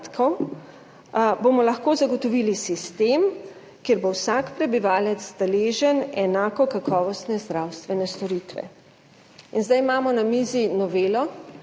bomo lahko zagotovili sistem, kjer bo vsak prebivalec deležen enako kakovostne zdravstvene storitve. Zdaj imamo na mizi novelo